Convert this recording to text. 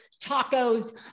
tacos